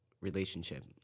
relationship